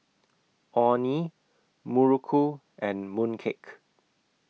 Orh Nee Muruku and Mooncake